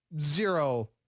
zero